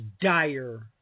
dire